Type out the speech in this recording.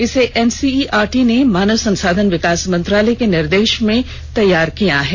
इसे N C E R T ने मानव संसाधन विकास मंत्रालय के निर्देशन में तैयार किया है